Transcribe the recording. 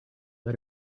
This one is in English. let